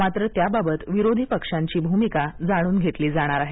मात्र त्याबाबत विरोधी पक्षांची भूमिका जाणून घेतली जाणार आहे